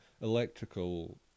electrical